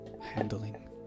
handling